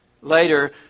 Later